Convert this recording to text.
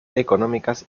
económicas